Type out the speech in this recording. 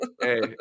hey